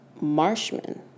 Marshman